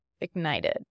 ignited